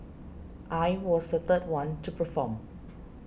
I was the third one to perform